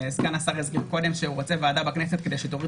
סגן השר הזכיר קודם שהוא רוצה ועדה בכנסת כדי שתוריד